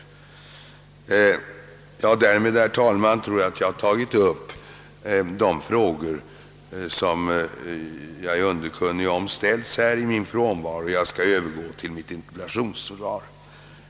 Herr talman! Härmed har jag besvarat de frågor som ställts till mig i min frånvaro, och jag övergår till mitt interpellationssvar.